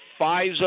FISA